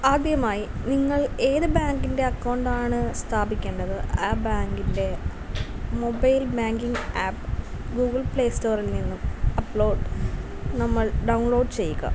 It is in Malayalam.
ആദ്യമായി നിങ്ങൾ ഏത് ബാങ്കിൻ്റെ അക്കൗണ്ട് ആണ് സ്ഥാപിക്കേണ്ടത് ആ ബാങ്കിൻ്റെ mobile banking app Google Play സ്റ്റോറിൽ നിന്നും അപ്ലോഡ് നമ്മൾ ഡൗൺലോഡ് ചെയ്യുക